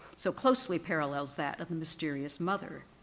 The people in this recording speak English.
so closely parallels that of the mysterious mother.